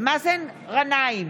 מאזן גנאים,